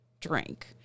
drink